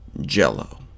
jello